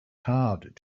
hard